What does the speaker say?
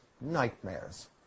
nightmares